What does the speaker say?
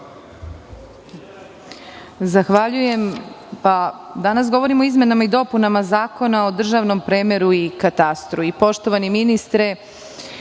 Zahvaljujem. Danas govorimo o izmenama i dopunama Zakona o državnom premeru i katastru.